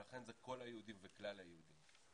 ולכן אלה כל היהודים וכלל היהודים.